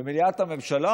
ומליאת הממשלה,